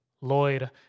Lloyd